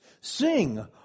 Sing